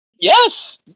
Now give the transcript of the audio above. Yes